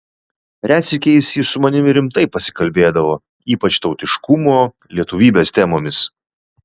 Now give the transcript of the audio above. retsykiais jis su manimi rimtai pasikalbėdavo ypač tautiškumo lietuvybės temomis